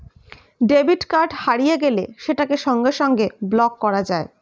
debit card হারিয়ে গেলে সেটাকে সঙ্গে সঙ্গে ব্লক করা যায়